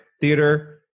theater